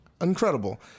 Incredible